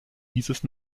dieses